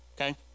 okay